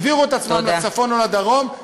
העבירו את עצמם לצפון או לדרום,